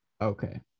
okay